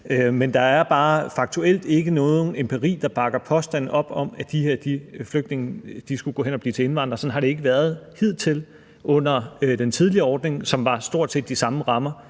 Men der er bare faktuelt ikke nogen empiri, der bakker den påstand op, at de her flygtninge skulle gå hen og blive til indvandrere. Sådan har det ikke været hidtil under den tidligere ordning, som stort set havde de samme rammer.